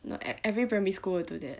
you know e~ every primary school will do that